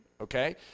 okay